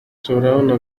turabona